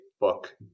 book